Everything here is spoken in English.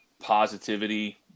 positivity